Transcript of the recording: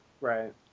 right